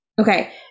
Okay